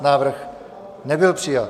Návrh nebyl přijat.